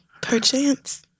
Perchance